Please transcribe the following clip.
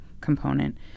component